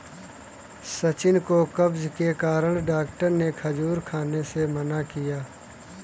सचिन को कब्ज के कारण डॉक्टर ने खजूर खाने से मना किया